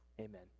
Amen